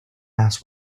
asked